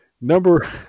number